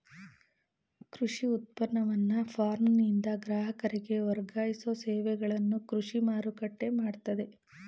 ಕೃಷಿ ಉತ್ಪನ್ನವನ್ನ ಫಾರ್ಮ್ನಿಂದ ಗ್ರಾಹಕರಿಗೆ ವರ್ಗಾಯಿಸೋ ಸೇವೆಗಳನ್ನು ಕೃಷಿ ಮಾರುಕಟ್ಟೆ ಮಾಡ್ತದೆ